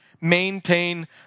Maintain